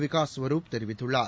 விகாஸ் ஸவரூப் தெரிவித்துள்ளார்